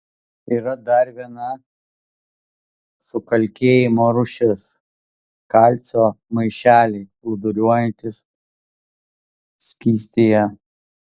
yra dar viena sukalkėjimo rūšis kalcio maišeliai plūduriuojantys skystyje